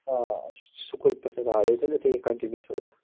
آ یہِ چھِ سُکوٗل پٮ۪ٹھ آ یہِ ٲسِزیون نہ کَنٛٹِنیوٗ سوزان